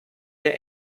der